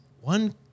One